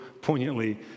poignantly